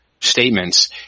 statements